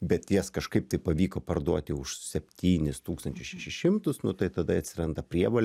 bet jas kažkaip tai pavyko parduoti už septynis tūkstančius šešis šimtus nu tai tada atsiranda prievolė